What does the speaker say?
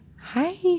hi